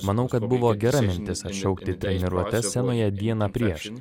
manau kad buvo gera mintis atšaukti treniruotes senoje dieną prieš